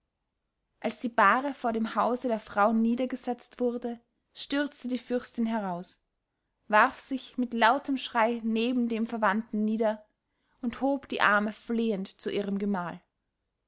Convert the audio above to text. als die bahre vor dem hause der frauen niedergesetzt wurde stürzte die fürstin heraus warf sich mit lautem schrei neben dem verwandten nieder und hob die arme flehend zu ihrem gemahl